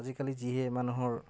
আজিকালি যিহে মানুহৰ